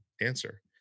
answer